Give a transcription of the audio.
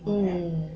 mm